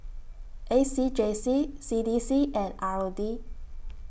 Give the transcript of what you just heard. A C J C C D C and R O D